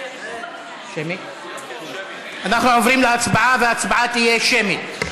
אנחנו עוברים להצבעה, וההצבעה תהיה שמית.